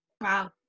wow